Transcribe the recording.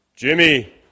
Jimmy